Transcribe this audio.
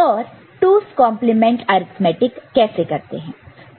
और 2's complement arithmetic 2's complement arithmetic कैसे करते हैं